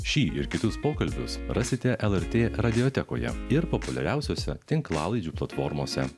šį ir kitus pokalbius rasite lrt radiotekoje ir populiariausiose tinklalaidžių platformose